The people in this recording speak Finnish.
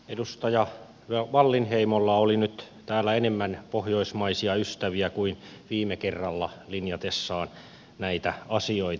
edustaja wallinheimolla oli nyt täällä enemmän pohjoismaisia ystäviä kuin viime kerralla linjatessaan näitä asioita